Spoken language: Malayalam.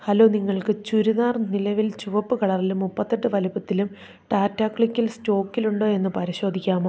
ഹലോ നിങ്ങൾക്ക് ചുരിദാർ നിലവിൽ ചുവപ്പ് കളറിലും മുപ്പത്തിയെട്ട് വലുപ്പത്തിലും ടാറ്റ ക്ലിക്കിൽ സ്റ്റോക്കിലുണ്ടോയെന്ന് പരിശോധിക്കാമോ